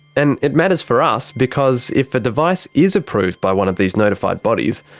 and it matters for us, because if a device is approved by one of these notified bodies,